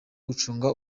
gucunga